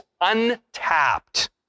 untapped